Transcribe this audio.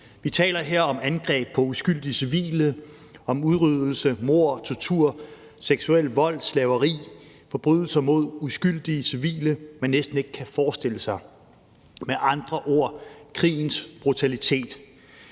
Vi taler her om angreb på uskyldige civile, om udryddelse, mord, tortur, seksuel vold, slaveri, forbrydelser imod uskyldige civile, man næsten ikke kan forestille sig. Med andre ord: krigens brutalitet.